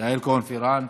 יעל כהן-פארן,